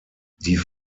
die